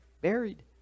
buried